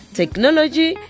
technology